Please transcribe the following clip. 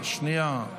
שנייה.